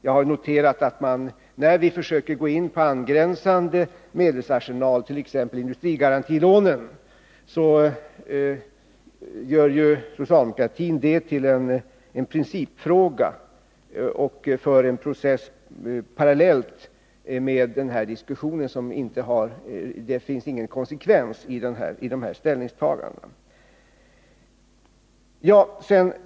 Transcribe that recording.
Jag har noterat att när vi försöker gå in på angränsande medelsarsenaler, t.ex. industrigarantilånen, så gör socialdemokratin det till en principfråga och för en process parallellt med denna diskussion. Det finns ingen konsekvens i dessa ställningstaganden.